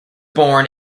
born